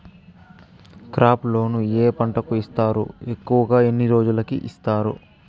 crop loan ఏ పంటలకు ఇస్తారు ఎక్కువగా ఎన్ని రోజులకి ఇస్తారు